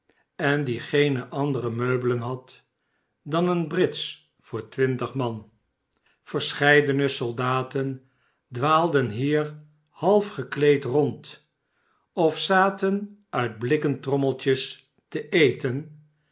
en die geene andere meubelen had dan eene brits voor twintig man verscheidene soldaten dwaalden hier half gekleed rond of zaten uit blikken trommeltjes te eten